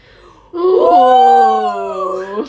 !whoa!